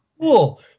cool